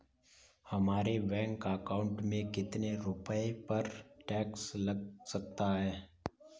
हमारे bank account में कितने रुपये पर टैक्स लग सकता है?